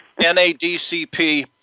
NADCP